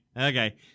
okay